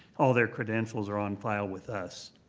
all their credentials are on file with us.